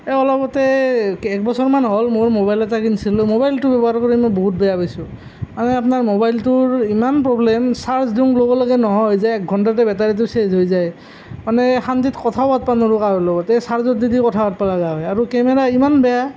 এই অলপতে একবছৰমান হ'ল মোৰ মোবাইল এটা কিনিছিলোঁ মোবাইলটো লোৱাৰ বাবে মই বহুত বেয়া পাইছোঁ এই আপনাৰ মোবাইলটোৰ ইমান প্ৰবলেম চাৰ্জ দিওঁ লগে লগে নোহোৱা হৈ যায় একঘণ্টাতে বেটাৰিটো শেষ হৈ যায় মানে শান্তিত কথাও পাতিব নোৱাৰোঁ কাৰো লগত এই চাৰ্জত দি দি কথা পাতিব লগা হয় আৰু কেমেৰা ইমান বেয়া